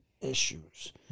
issues